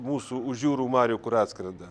mūsų už jūrų marių kur atskrenda